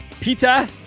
Pita